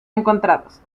encontrados